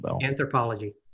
Anthropology